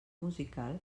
musical